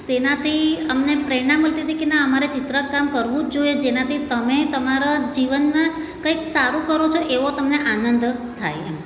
તેનાથી અમને પ્રેરણા મળતી હતી કે ના અમારે ચિત્રકામ કરવું જ જોઈએ જેનાથી તમે તમારા જીવનના કંઈક સારું કરો છો એવો તમને આનંદ થાય